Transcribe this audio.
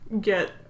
get